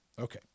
Okay